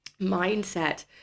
Mindset